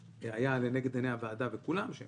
שהיה לנגד עיני הוועדה וכולנו שזה